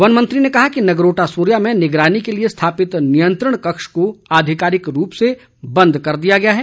one मंत्री ने कहा नगरोटा सूरियां में निगरानी के लिए स्थापित नियंत्रण कक्ष को आधिकारिक रूप से बंद कर दिया गया है